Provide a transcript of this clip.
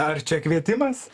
ar čia kvietimas